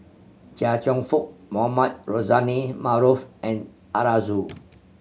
Chia Cheong Fook Mohamed Rozani Maarof and Arasu